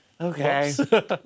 okay